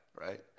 right